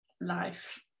life